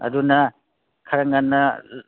ꯑꯗꯨꯅ ꯈꯔ ꯉꯟꯅ